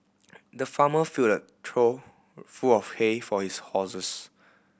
the farmer filled a trough full of hay for his horses